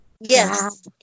Yes